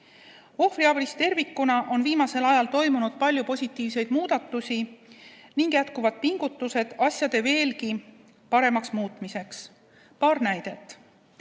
Ohvriabis tervikuna on viimasel ajal toimunud palju positiivseid muudatusi ning jätkuvad pingutused asjade veelgi paremaks muutmiseks. Paar näidet.